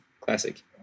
classic